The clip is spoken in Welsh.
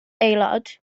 aelod